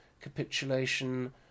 capitulation